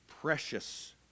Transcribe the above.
precious